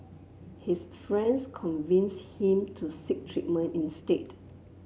his friends convinced him to seek treatment instead